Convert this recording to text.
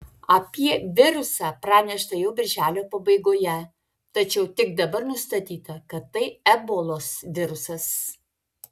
apie virusą pranešta jau birželio pabaigoje tačiau tik dabar nustatyta kad tai ebolos virusas